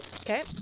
Okay